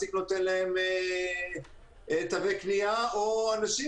שהמעסיק נותן להם תווי קנייה או אנשים